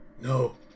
no